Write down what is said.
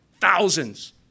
thousands